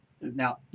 Now